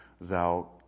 thou